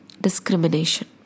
Discrimination